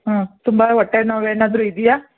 ಹ್ಞೂ ತುಂಬ ಹೊಟ್ಟೆ ನೋವು ಏನಾದರೂ ಇದೆಯಾ